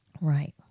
right